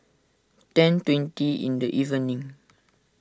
ten twenty in the evening